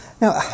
Now